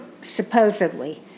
supposedly